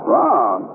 Wrong